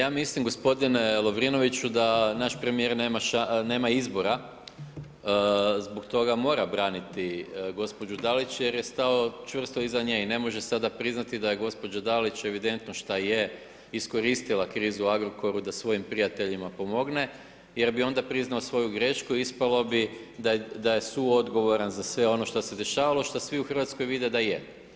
Pa ja mislim gospodine Lovrinoviću da naš premijer nema izbora zbog toga mora braniti gospođu Dalić jer je stao čvrsto iza nje i ne može sada priznati daje gospođa Dalić evidentno šta je, iskoristila krizu u Agrokoru da svojim prijateljima pomogne jer bi onda priznao svoju grešku i ispalo bi da je suodgovoran za sve ono šta se dešavalo, šta svi u Hrvatskoj vide da je.